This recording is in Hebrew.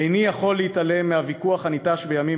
איני יכול להתעלם מהוויכוח הניטש בימים